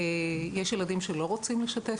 יש ילדים שלא רוצים לשתף.